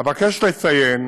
אבקש לציין